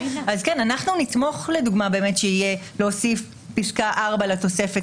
אנחנו כן נתמוך בהוספת פסקה (4) לתוספת,